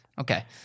Okay